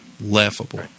laughable